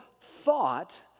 thought